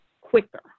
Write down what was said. quicker